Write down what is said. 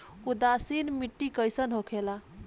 उदासीन मिट्टी कईसन होखेला?